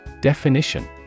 Definition